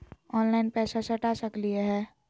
Online पैसा सटा सकलिय है?